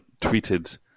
tweeted